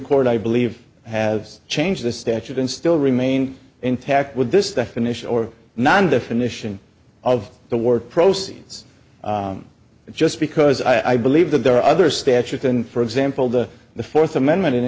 court i believe has changed the statute and still remain intact with this definition or non definition of the word proceeds just because i believe that there are other statute and for example the the fourth amendment in